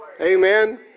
Amen